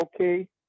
okay